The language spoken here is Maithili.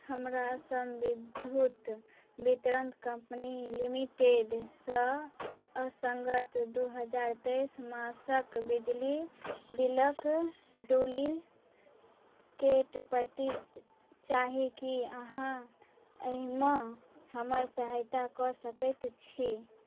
हमरा सम विद्युत वितरण कम्पनी लिमिटेडसँ असङ्गत दुइ हजार तेइस मासके बिजली बिलके डुप्लिकेट प्रति चाही कि अहाँ एहिमे हमर सहायता कऽ सकै छी